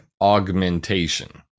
augmentation